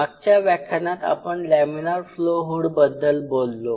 मागच्या व्याख्यानात आपण लॅमीनार फ्लो हुड बद्दल बोललो